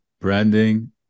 branding